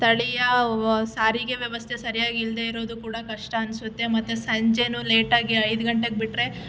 ಸ್ಥಳೀಯ ಸಾರಿಗೆ ವ್ಯವಸ್ಥೆ ಸರಿಯಾಗಿಲ್ಲದೇ ಇರೋದು ಕೂಡ ಕಷ್ಟ ಅನ್ಸುತ್ತೆ ಮತ್ತೆ ಸಂಜೆನೂ ಲೇಟಾಗಿ ಐದು ಗಂಟೆಗೆ ಬಿಟ್ರೆ